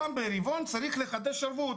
פעם ברבעון צריך לחדש ערבות.